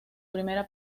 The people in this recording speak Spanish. primera